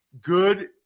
Good